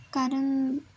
कारण